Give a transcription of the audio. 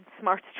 smart